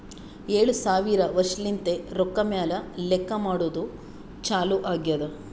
ಏಳು ಸಾವಿರ ವರ್ಷಲಿಂತೆ ರೊಕ್ಕಾ ಮ್ಯಾಲ ಲೆಕ್ಕಾ ಮಾಡದ್ದು ಚಾಲು ಆಗ್ಯಾದ್